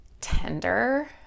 tender